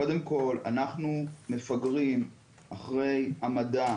קודם כל, אנחנו מפגרים אחרי המדע.